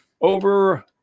Over